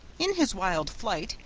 in his wild flight,